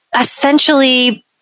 essentially